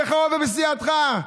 בך ובסיעתך.